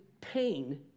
Pain